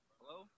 Hello